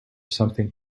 something